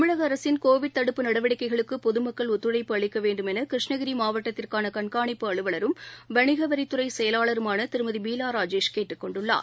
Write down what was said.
தமிழகஅரசின் கோவிட் தடுப்பு நடவடிக்கைகளுக்குபொதுமக்கள் ஒத்துழைப்பு அளிக்கவேண்டும் எனகிருஷ்ணகிரிமாவட்டத்திற்கானகண்காணிப்பு அவுவலரும் வணிகவரித்துறைசெயலாளருமானதிருமதிபீலாராஜேஷ் கேட்டுக் கொண்டுள்ளார்